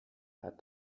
had